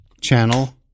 channel